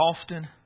often